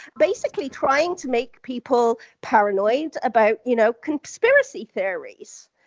basically trying to make people paranoid about you know conspiracy theories.